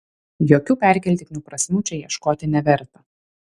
jokių perkeltinių prasmių čia ieškoti neverta